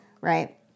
Right